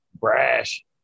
Brash